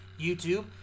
YouTube